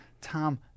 Tom